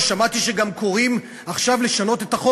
ושמעתי שגם קוראים עכשיו לשנות את החוק